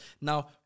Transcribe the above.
now-